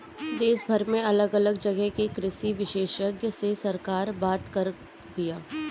देशभर में अलग अलग जगह के कृषि विशेषग्य से सरकार बात करत बिया